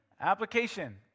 Application